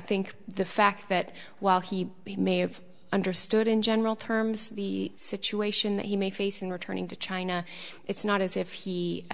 think the fact that while he may have understood in general terms the situation that he may face in returning to china it's not as if he